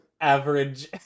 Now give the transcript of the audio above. average